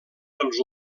els